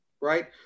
right